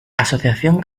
asociación